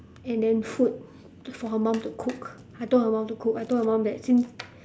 and then food for her mum to cook I told her mum to cook I told her mum that since